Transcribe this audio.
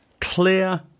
clear